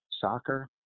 soccer